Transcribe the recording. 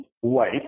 white